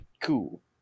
Cool